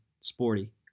Sporty